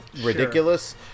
ridiculous